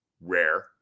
rare